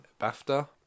BAFTA